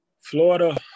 Florida